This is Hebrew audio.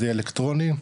זה אלקטרוני,